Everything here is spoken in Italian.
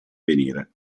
venire